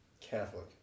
Catholic